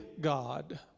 God